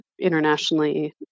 internationally